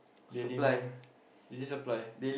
the lame meme they supply